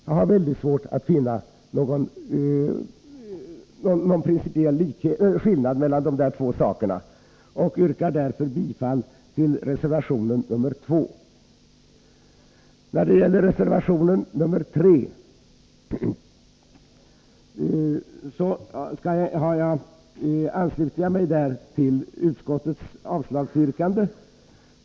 Jag har svårt att finna någon skillnad och yrkar därför bifall till reservation 2. I fråga om reservation 3 ansluter jag mig till utskottets avslagsyrkande.